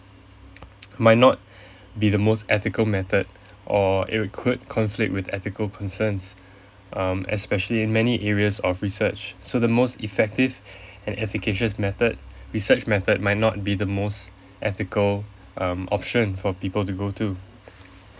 might not be the most ethical method or it could conflict with ethical concerns um especially in many areas of research so the most effective and efficacious method research method might not be the most ethical um option for people to go to